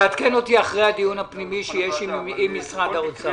תעדכן אותי אחרי הדיון הפנימי עם משרד האוצר.